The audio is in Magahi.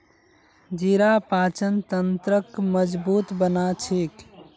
जीरा पाचन तंत्रक मजबूत बना छेक